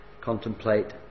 contemplate